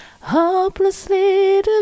Hopelessly